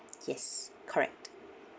yes correct